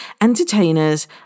entertainers